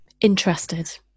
Interested